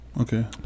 Okay